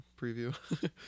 preview